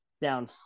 down